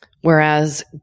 whereas